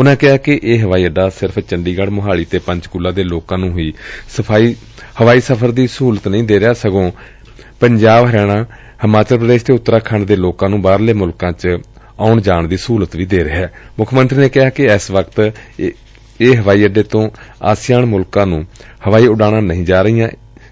ਉਨੂਾਂ ਕਿਹਾ ਕਿ ਇਹ ਹਵਾਈ ਅੱਡਾ ਸਿਰਫ਼ ਚੰਡੀਗੜ੍ ਮੋਹਾਲੀ ਤੇ ਪੰਚਕੂਲਾ ਦੇ ਲੋਕਾਂ ਨੂੰ ਹੀ ਹਵਾਈ ਸਫ਼ਰ ਦੀ ਸਹੂਲਤ ਨਹੀਂ ਦੇ ਰਿਹਾ ਸਗੋਂ ਪੰਜਾਬ ਹਰਿਆਣਾ ਹਿਮਾਚਲ ਪ੍ਰਦੇਸ਼ ਅਤੇ ਉਤਰਾਖੰਡ ਦੇ ਲੋਕਾਂ ਨੂੰ ਬਾਹਰਲੇ ਮੁਲਕਾਂ ਚ ਆਉਣ ਜਾਣ ਦੀ ਸਹੁਲਤ ਦੇ ਮੁੱਖ ਮੰਤਰੀ ਨੇ ਕਿਹਾ ਕਿ ਐਸ ਵਕਤ ਇਹ ਹਵਾਈ ਅੱਡੇ ਤੋਂ ਆਸੀਆਨ ਮੁਲਕਾਂ ਨੂੰ ਹਵਾਈ ਉਡਾਣਾ ਨਹੀਂ ਜਾ ਰਹੀਆਂ